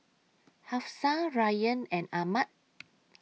Hafsa Ryan and Ahmad